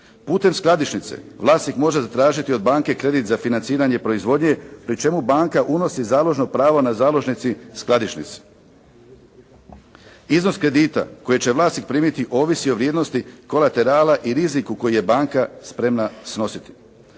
Putem skladišnice vlasnik može zatražiti od banke kredit za financiranje proizvodnje pri čemu banka unosi založno pravo na založnici skladišnici. Iznos kredita koji će vlasnik primiti ovisi o vrijednosti kolaterala i riziku koji je banka spremna snositi.